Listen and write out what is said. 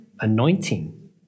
anointing